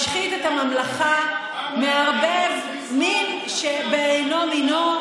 משחית את הממלכה, מערבב מין בשאינו מינו,